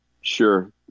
Sure